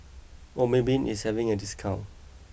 Obimin is having a discount